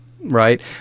Right